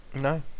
no